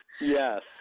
Yes